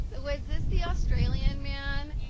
but was this the australian man?